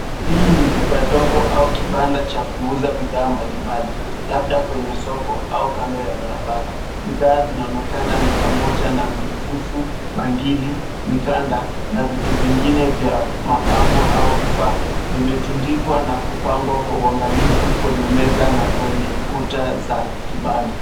Hili ni duka dogo au kibanda cha kuuza bidhaa mbalimbali labda kwenye soko au kando ya barabara. Bidhaa zinaonekana ni pamoja na mikufu, bangili, mikanda na vitu vingine vya mapambo au vifaa. Vimetundikwa na kupangwa kwa uangalifu kwenye meza na kwenye kuta za kibanda.